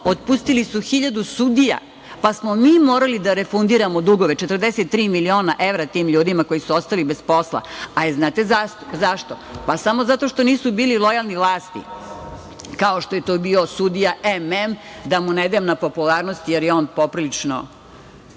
otpustili su 1000 sudija, pa smo mi morali da refundiramo dugove, 43 miliona evra tim ljudima koji su ostali bez posla. Jel znate zašto? Pa, samo zato što nisu bili lojalni vlasti, kao što je to bio sudija MM, da mu ne dajem na popularnosti, jer je on poprilično